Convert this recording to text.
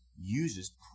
uses